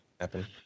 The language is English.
happen